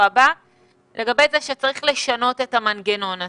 הבא לגבי זה שצריך לשנות את המנגנון הזה.